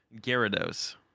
Gyarados